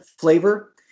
flavor